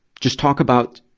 just talk about,